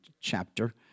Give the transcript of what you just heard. chapter